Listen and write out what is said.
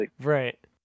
Right